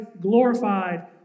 glorified